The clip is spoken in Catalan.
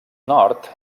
nord